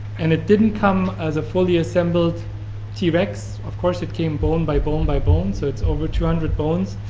and it didn't come as a fully assembled t-rex. of course it came bone, by bone, by bone, so it's over two hundred bones.